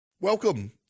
Welcome